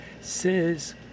says